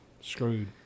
screwed